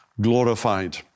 glorified